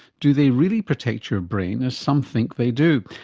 do they really protect your brain as some think they do?